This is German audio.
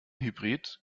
hybrid